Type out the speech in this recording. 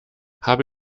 habe